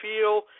feel